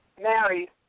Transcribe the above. Mary